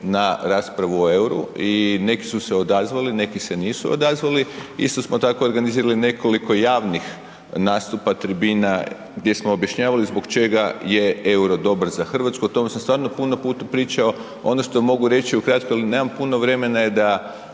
na raspravu o euru i neki su se odzvali, neki se nisu odazvali, isto smo tako organizirali nekoliko javnih nastupa tribina gdje smo objašnjavali zbog čega je euro dobar za Hrvatsku o tome sam stvarno puno puta pričao. Ono što mogu reći u kratko jel nemam puno vremena je da